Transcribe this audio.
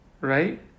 right